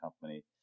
company